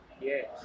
Yes